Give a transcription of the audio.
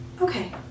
okay